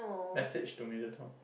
message to Major Tom